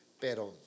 pero